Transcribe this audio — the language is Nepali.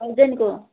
थाउजन्डको